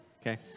Okay